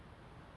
!aiyoyo!